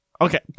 okay